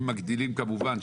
אם מגדילים כמובן,